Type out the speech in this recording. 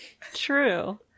true